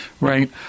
Right